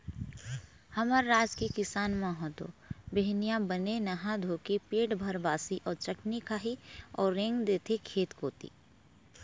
हमर राज के किसान मन ह तो बिहनिया बने नहा धोके पेट भर बासी अउ चटनी खाही अउ रेंग देथे खेत कोती